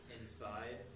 inside